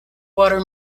water